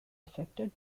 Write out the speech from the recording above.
affected